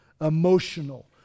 emotional